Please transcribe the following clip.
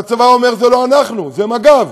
והצבא אומר: זה לא אנחנו, זה מג"ב.